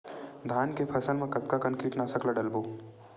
धान के फसल मा कतका कन कीटनाशक ला डलबो?